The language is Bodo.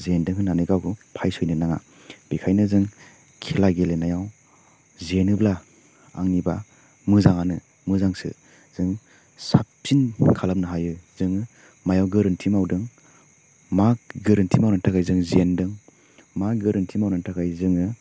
जेन्दों होन्नानै गावखौ फायसयनो नाङा बेखायनो जों खेला गेलेनायाव जेनोब्ला आंनिबा मोजाङानो मोजांसो जों साबसिन खालामनो हायो जोङो मायाव गोरोन्थि मावदों मा गोरोन्थि मावनायनि जों जेन्दों मा गोरोन्थि मावनायनि थाखाय जोङो